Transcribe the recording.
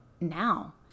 now